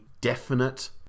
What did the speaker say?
definite